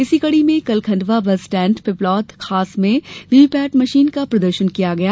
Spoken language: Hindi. इसी कड़ी में कल खंडवा बस स्टैण्ड और पिपलौद खास में वीवीपैट मशीन प्रदर्शित की गई